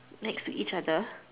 next to each other